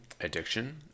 addiction